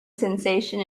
sensation